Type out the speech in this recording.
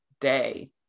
day